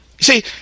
See